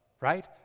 right